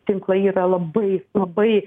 tinklai yra labai labai